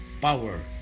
power